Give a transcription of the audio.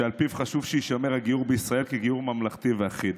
שעל פיו חשוב שיישמר הגיור בישראל כגיור ממלכתי ואחיד,